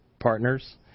partners